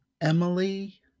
Emily